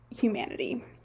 humanity